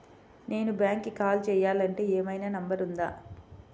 నేను బ్యాంక్కి కాల్ చేయాలంటే ఏమయినా నంబర్ ఉందా?